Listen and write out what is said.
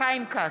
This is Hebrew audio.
חיים כץ,